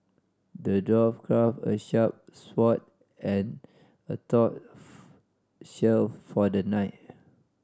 the dwarf crafted a sharp sword and a tough shield for the knight